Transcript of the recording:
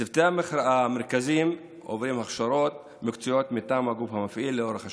צוותי המרכזים עוברים הכשרות מקצועיות מטעם הגוף המפעיל לאורך השנה.